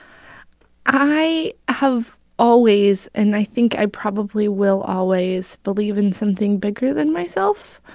i have always and i think i probably will always believe in something bigger than myself.